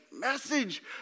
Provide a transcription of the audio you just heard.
message